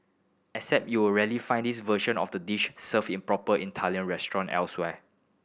except you'll rarely find this version of the dish served in proper Italian restaurant elsewhere